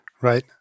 right